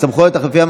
(סמכויות אכיפה,